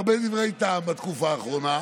דבר לא נעשה בשביל לחזק את הכלכלה הישראלית.